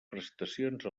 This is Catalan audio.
prestacions